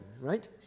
right